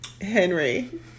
Henry